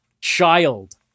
child